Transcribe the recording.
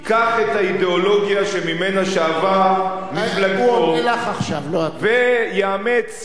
ייקח את האידיאולוגיה שממנה שאבה מפלגתו ויאמץ,